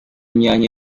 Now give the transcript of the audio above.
myanya